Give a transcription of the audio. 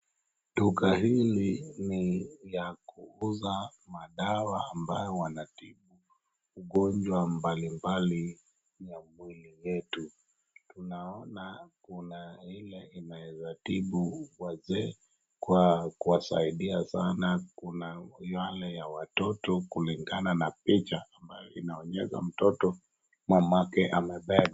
Duka hili ni ya kuuza madawa ambayo wanatibu ugonjwa mbalimbali ya mwili yetu, tunaona kuna ile inaweza tibu wazee kuwasaidia sana, kuna yale ya watoto kulingana na picha inaoonyesha mtoto mamake amebeba.